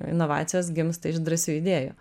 inovacijos gimsta iš drąsių idėjų